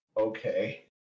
okay